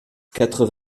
quatre